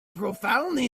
profoundly